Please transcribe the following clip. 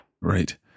Right